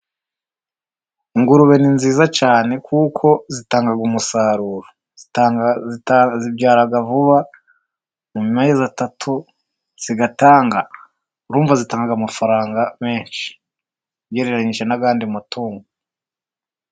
Ingurube ni nziza cyane kuko zitanga umusaruro, zibyara vuba mu mezi atatu, zitanga urumva zitanga amafaranga menshi, ugereranyije n'ayandi matungo.